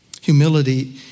Humility